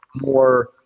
more